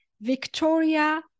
Victoria